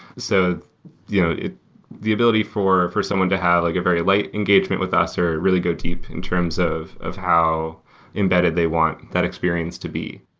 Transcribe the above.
so yeah the ability for for someone to have like a very light engagement with us or really go deep in terms of of how embedded they want that experience to be.